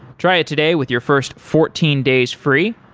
try it today with your first fourteen days free.